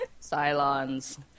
Cylons